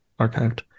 archived